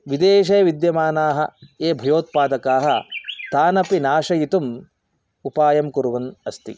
विदेशे विद्यमानाः ये भयोत्पादकाः तानपि नाशयितुम् उपायं कुर्वन् अस्ति